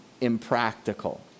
impractical